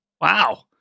wow